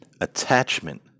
attachment